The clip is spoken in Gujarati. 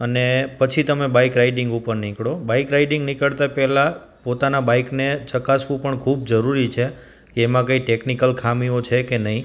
અને પછી તમે બાઇક રાઇડિંગ ઉપર નીકળો બાઇક રાઇડિંગ નીકળતા પહેલાં પોતાના બાઇકને ચકાસવું પણ ખૂબ જરૂરી છે કે એમાં કાંઇ ટેકનિકલ ખામીઓ છે કે નહીં